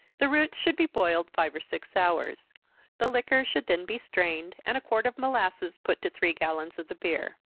the roots should be boiled five or six hours the liquor should then be strained, and a quart of molasses put to three gallons of the beer.